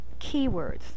Keywords